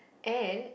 and